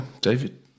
David